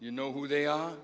you know who they are